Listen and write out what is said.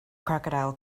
crocodile